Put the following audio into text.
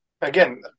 again